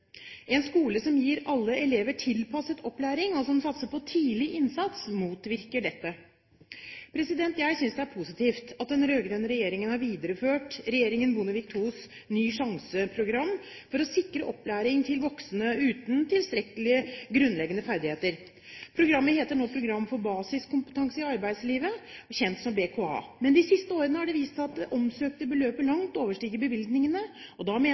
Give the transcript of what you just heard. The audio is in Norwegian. En skole som gir alle elever tilpasset opplæring, og som satser på tidlig innsats, motvirker dette. Jeg synes det er positivt at den rød-grønne regjeringen har videreført Bondevik II-regjeringens «Ny sjanse»-program for å sikre opplæring til voksne uten tilstrekkelige grunnleggende ferdigheter. Programmet heter nå «Program for basiskompetanse i arbeidslivet», kjent som BKA. Men de siste årene har det vist seg at det omsøkte beløpet langt overstiger bevilgningene, og da mener